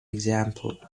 example